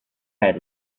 ahead